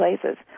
places